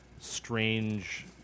strange